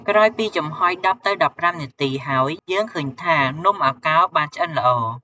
ក្រោយពីចំហុយ១០ ទៅ១៥នាទីហើយ យើងឃើញថា នំអាកោរបានឆ្អិនល្អ។